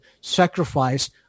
sacrifice